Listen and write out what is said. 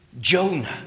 Jonah